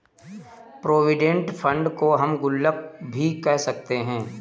provident fund को हम गुल्लक भी कह सकते हैं